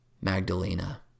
Magdalena